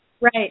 Right